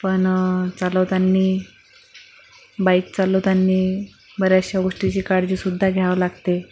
पण चालवताना बाइक चालवताना बऱ्याचशा गोष्टींची काळजीसुद्धा घ्यावं लागते